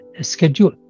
schedule